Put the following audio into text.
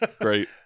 great